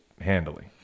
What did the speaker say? handily